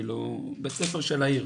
בית ספר של העיר.